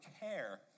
care